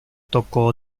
tocó